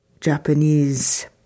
Japanese